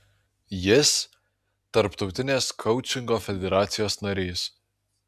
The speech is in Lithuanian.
jis tarptautinės koučingo federacijos narys